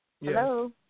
Hello